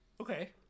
Okay